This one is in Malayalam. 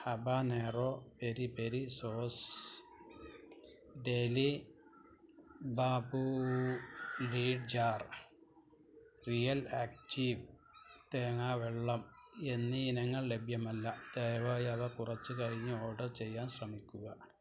habanero peri peri sauce deli bamboo lid jar real active തേങ്ങാ വെള്ളം എന്നീ ഇനങ്ങൾ ലഭ്യമല്ല ദയവായി അവ കുറച്ച് കഴിഞ്ഞ് ഓർഡർ ചെയ്യാൻ ശ്രമിക്കുക